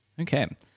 Okay